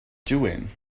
doing